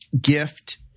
gift